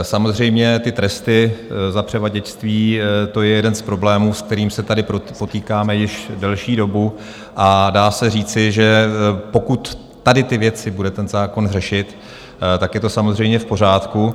Samozřejmě ty tresty za převaděčství, to je jeden z problémů, s kterým se tady potýkáme již delší dobu, a dá se říci, že pokud tady ty věci bude ten zákon řešit, tak je to samozřejmě v pořádku.